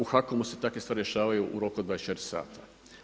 U HAKOM-u se takve stvari rješavaju u roku od 24 sata.